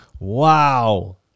Wow